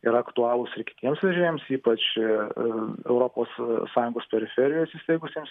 yra aktualūs ir kitiems vežėjams ypač europos sąjungos periferijoj įsisteigusiems